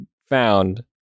found